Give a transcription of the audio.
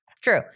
True